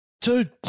dude